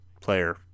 player